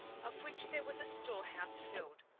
of which there was a store house filled,